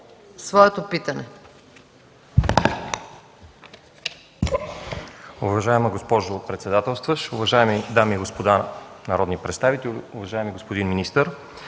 своето питане.